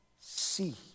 see